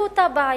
זאת אותה בעיה,